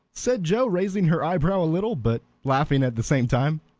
said joe, raising her eyebrows a little, but laughing at the same time.